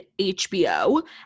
HBO